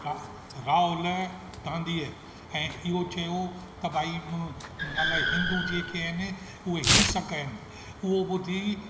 रा राहुल गांधी ऐं इहो चयो त भाई मतलबु हिंदू जेके आहिनि उहे हिंसक आहिनि उहो ॿुधी